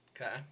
okay